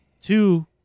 Two